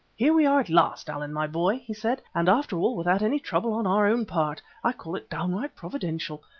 here we are at last, allan, my boy, he said, and after all without any trouble on our own part. i call it downright providential.